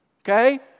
Okay